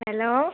hello